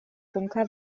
bunker